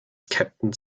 captain